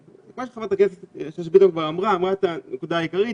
חברת הכנסת שאשא ביטון כבר אמרה את הנקודה העיקרית,